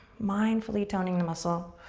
mindfully toning the muscle